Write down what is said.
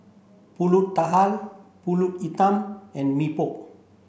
Pulut Tatal Pulut Hitam and Mee Pok